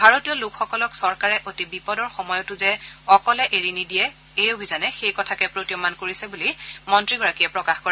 ভাৰতীয় লোকসকলক চৰকাৰে অতি বিপদৰ সময়তো যে অকলে এৰি নিদিয়ে এই অভিযানে সেই কথাকে প্ৰতীয়মান কৰিছে বুলি মন্ত্ৰীগৰাকীয়ে প্ৰকাশ কৰে